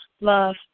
love